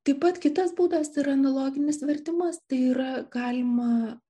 taip pat kitas būdas yra analoginis vertimas tai yra galima